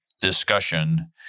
discussion